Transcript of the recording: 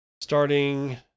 Starting